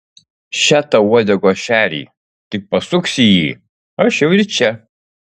še tau uodegos šerį tik pasuksi jį aš jau ir čia